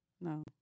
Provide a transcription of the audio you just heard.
No